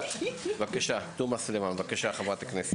חברת הכנסת תומא סלימאן, בבקשה.